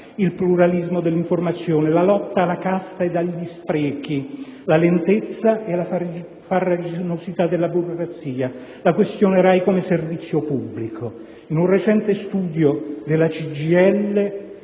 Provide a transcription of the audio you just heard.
di pluralismo dell'informazione, di lotta alla casta ed agli sprechi, di lentezza e farraginosità della burocrazia, della questione Rai come servizio pubblico. In un recente studio, che la CGIL